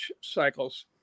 cycles